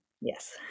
Yes